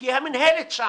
כי המינהלת שם.